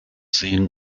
sehen